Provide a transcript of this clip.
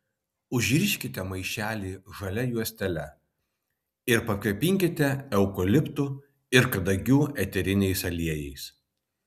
užriškite maišelį žalia juostele ir pakvepinkite eukaliptų ir kadagių eteriniais aliejais